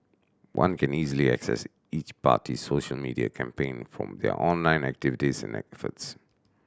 one can easily assess each party's social media campaign from their online activities and efforts